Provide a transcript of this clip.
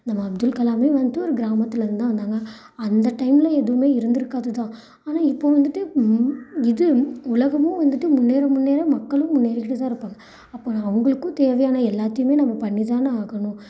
நம்ம அப்துல்கலாமே வந்துட்டு ஒரு கிராமத்துலேருந்துதான் வந்தாங்க அந்த டைமில் எதுவுமே இருந்திருக்காதுதான் ஆனால் இப்போ வந்துட்டு இது உலகமும் வந்துட்டு முன்னேற முன்னேற மக்களும் முன்னேறிகிட்டேதான் இருப்பாங்க அப்புறம் அவங்களுக்கும் தேவையான எல்லாத்தையுமே நம்ம பண்ணிதானே ஆகணும்